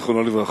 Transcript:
זיכרונו לברכה,